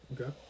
Okay